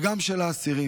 וגם של האסירים.